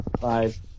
five